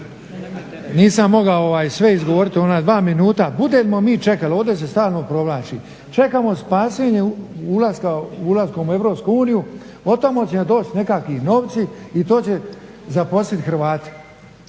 Nisam mogao sve izgovoriti u ona dva minuta. Budemo mi čekali, ovdje se stalno provlači. Čekamo spasenje ulaskom u Europsku uniju. Od tamo će doći nekakvi novci i to će zaposlit Hrvate.